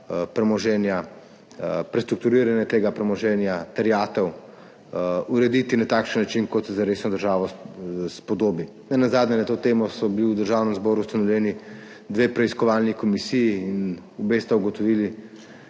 premoženja, prestrukturiranje tega premoženja, terjatev urediti na takšen način, kot se za resno državo spodobi. Nenazadnje sta bili na to temo v Državnem zboru ustanovljeni dve preiskovalni komisiji in obe sta ugotovili